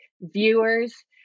viewers